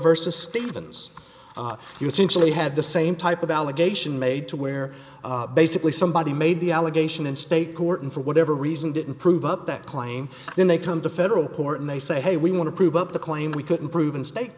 versus stevens you simply have the same type of allegation made to where basically somebody made the allegation in state court and for whatever reason didn't prove up that claim then they come to federal court and they say hey we want to prove up the claim we couldn't prove in st